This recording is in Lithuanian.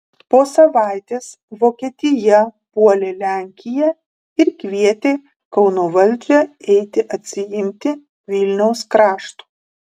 po savaitės vokietija puolė lenkiją ir kvietė kauno valdžią eiti atsiimti vilniaus krašto